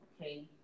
Okay